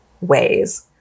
ways